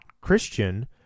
christian